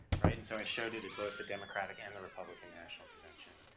right, and so i showed it at both the democratic and the republican national convention,